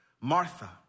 Martha